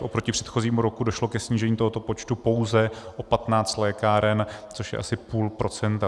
Oproti předchozímu roku došlo ke snížení tohoto počtu pouze o 15 lékáren, což je asi půl procenta.